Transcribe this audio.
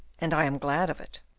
and i am glad of it.